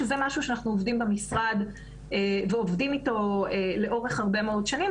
שזה משהו שאנחנו עובדים עליו במשרד לאורך הרבה מאוד שנים.